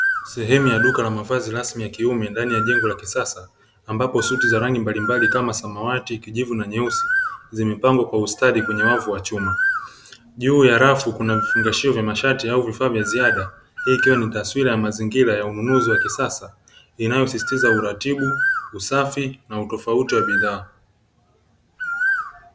Sehemu ya duka la mavazi rasmi ya kiume ndani ya jengo la kisasa, ambapo suti za rangi mbalimbali kama: samawati, kijivu na nyeusi; zimepangwa kwa ustadi kwenye wavu wa chuma. Juu ya rafu kuna vifungashio vya mashati au vifaa vya ziada, hii ikiwa ni taswira ya mazingira ya ununuzi wa kisasa inayosisitiza: uratibu, usafi na utofauti wa bidhaa.